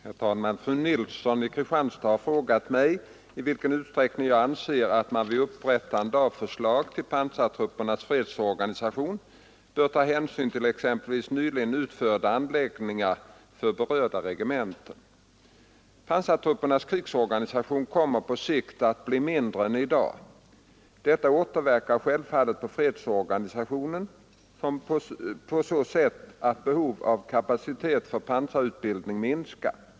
Herr talman! Fru Nilsson i Kristianstad har frågat mig i vilken utsträckning jag anser att man vid upprättande av förslag till pansartruppernas fredsorganisation bör ta hänsyn till exempelvis nyligen utförda anläggningar för berörda regementen. Pansartruppernas krigsorganisation kommer på sikt att bli mindre än i dag. Detta återverkar självfallet på fredsorganisationen på så sätt att behovet av kapacitet för pansarutbildning minskar.